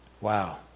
Wow